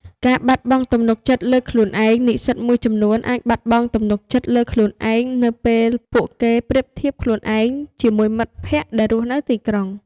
ការបាត់បង់ទំនុកចិត្តលើខ្លួនឯងនិស្សិតមួយចំនួនអាចបាត់បង់ទំនុកចិត្តលើខ្លួនឯងនៅពេលពួកគេប្រៀបធៀបខ្លួនឯងជាមួយមិត្តភ័ក្តិដែលរស់នៅទីក្រុង។